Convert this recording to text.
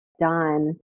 done